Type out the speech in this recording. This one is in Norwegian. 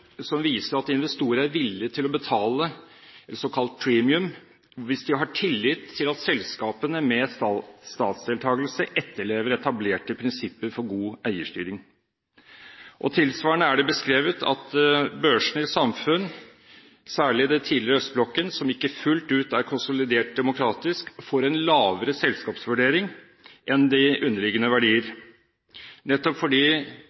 som viser at investorer er villige til å betale såkalt «premium» hvis de har tillit til at selskapene med statsdeltakelse etterlever etablerte prinsipper for god eierstyring. Tilsvarende er det beskrevet at børsene i samfunn, særlig i den tidligere østblokken, som ikke fullt ut er konsolidert demokratisk, får en lavere selskapsvurdering enn de underliggende verdier, nettopp fordi